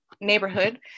neighborhood